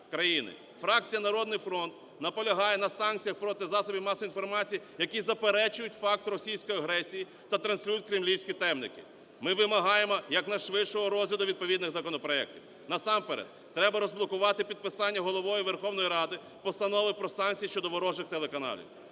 Фракція "Народний фронт" наполягає на санкціях проти засобів масової інформації, які заперечують факт російської агресії та транслюють кремлівські темники. Ми вимагаємо якнайшвидшого розгляду відповідних законопроектів. Насамперед треба розблокувати підписання Головою Верховної Ради Постанови про санкції щодо ворожих телеканалів.